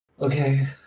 Okay